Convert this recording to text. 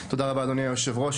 תודה רבה אדוני היושב ראש.